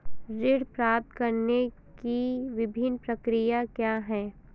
ऋण प्राप्त करने की विभिन्न प्रक्रिया क्या हैं?